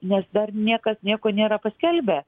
nes dar niekas nieko nėra paskelbę